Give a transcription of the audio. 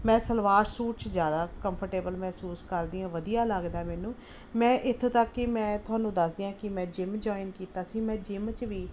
ਮੈਂ ਸਲਵਾਰ ਸੂਟ 'ਚ ਜ਼ਿਆਦਾ ਕੰਫਰਟੇਬਲ ਮਹਿਸੂਸ ਕਰਦੀ ਹਾਂ ਵਧੀਆ ਲੱਗਦਾ ਮੈਨੂੰ ਮੈਂ ਇੱਥੋਂ ਤੱਕ ਕਿ ਮੈਂ ਤੁਹਾਨੂੰ ਦੱਸਦੀ ਹਾਂ ਕਿ ਮੈਂ ਜਿਮ ਜੁਆਇਨ ਕੀਤਾ ਸੀ ਮੈਂ ਜਿਮ 'ਚ ਵੀ